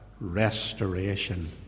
restoration